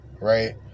Right